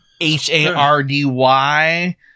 H-A-R-D-Y